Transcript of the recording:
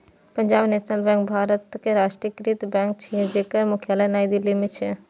Punjab national bank भारतक राष्ट्रीयकृत bank छियै, जेकर मुख्यालय नई दिल्ली मे छै